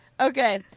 Okay